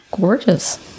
gorgeous